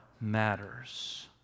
matters